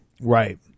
right